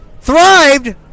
thrived